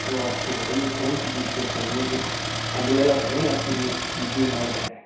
तो आपको बताइए कौनसी चीज़ पैक करनी है फ़िर थाली वाला करें या फ़िर यह पी बी एम वाला करें